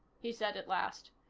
he said at last.